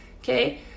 okay